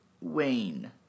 Wayne